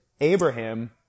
Abraham